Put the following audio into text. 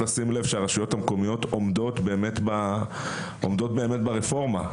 לשים לב שהרשויות המקומיות עומדות באמת ברפורמה,